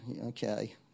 Okay